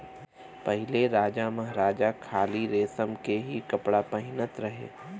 पहिले राजामहाराजा खाली रेशम के ही कपड़ा पहिनत रहे